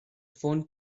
phone